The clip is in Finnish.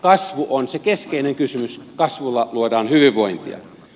kasvu on se keskeinen kysymys kasvulla luodaan hyvinvointia